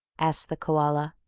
asked the koala.